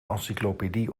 encyclopedie